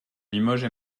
limoges